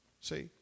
See